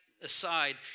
aside